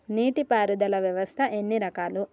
నీటి పారుదల వ్యవస్థ ఎన్ని రకాలు?